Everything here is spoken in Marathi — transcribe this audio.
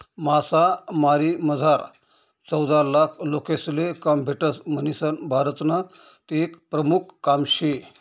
मासामारीमझार चौदालाख लोकेसले काम भेटस म्हणीसन भारतनं ते एक प्रमुख काम शे